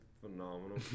phenomenal